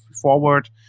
forward